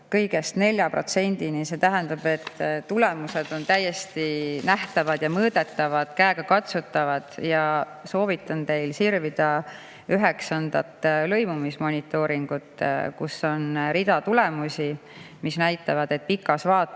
kõigest 4%-ni. See tähendab, et tulemused on täiesti nähtavad ja mõõdetavad, käegakatsutavad. Soovitan teil sirvida üheksandat lõimumismonitooringut, kus on rida tulemusi, mis näitavad, et pikas vaates